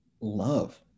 love